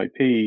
IP